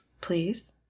Please